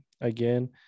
again